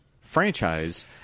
franchise